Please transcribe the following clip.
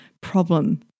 problem